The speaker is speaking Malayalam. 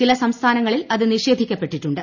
ചില സംസ്ഥാനങ്ങളിൽ അത് നിഷ്യേധിക്കപ്പെട്ടിട്ടുണ്ട്